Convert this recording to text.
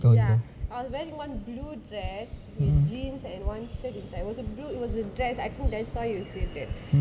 ya I was wearing one blue dress and jeans and one shirt inside it was a blue it was a dress I look at sun when he said that